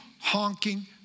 honking